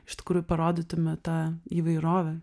iš tikrųjų parodytume tą įvairovę